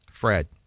Fred